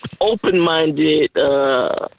open-minded